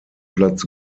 platz